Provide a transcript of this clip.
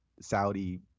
Saudi